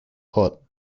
court